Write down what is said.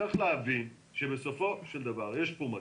צריך להבין שבסופו של דבר יש כאן מגיפה.